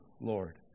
Lord